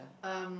um